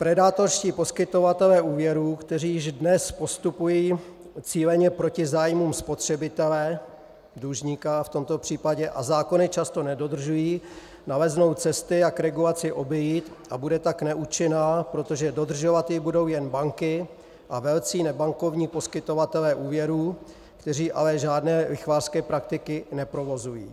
Predátorští poskytovatelé úvěrů, kteří již dnes postupují cíleně proti zájmům spotřebitele, dlužníka v tomto případě, a zákony často nedodržují, naleznou cesty, jak regulaci obejít, a bude tak neúčinná, protože dodržovat ji budou jen banky a velcí nebankovní poskytovatelé úvěrů, kteří ale žádné lichvářské praktiky neprovozují.